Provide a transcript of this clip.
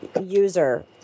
user